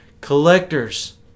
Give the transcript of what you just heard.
collectors